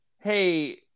hey